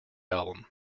album